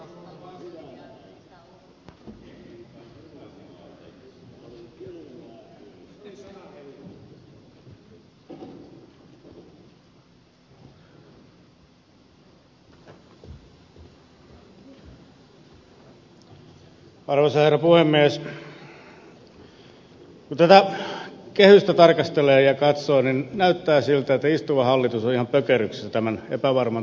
kun tätä kehystä tarkastelee ja katsoo niin näyttää siltä että istuva hallitus on ihan pökerryksissä tämän epävarman taloustilanteen edessä